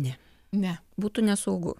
ne ne būtų nesaugu